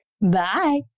Bye